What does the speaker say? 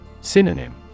Synonym